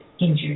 injured